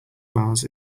mars